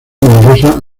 numerosas